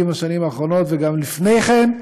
ב-70 השנים האחרונות וגם לפני כן,